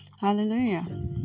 Hallelujah